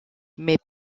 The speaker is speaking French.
mais